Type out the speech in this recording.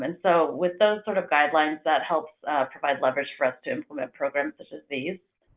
and so, with those sort of guidelines, that helps provide leverage for us to implement programs such as these.